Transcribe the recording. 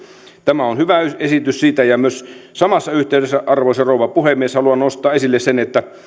tämä on hyvä esitys siitä ja myös samassa yhteydessä arvoisa rouva puhemies haluan nostaa esille sen että